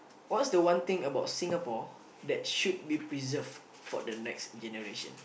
what was the one thing about Singapore that should be preserved for the next generation